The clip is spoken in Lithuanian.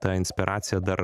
ta inspiracija dar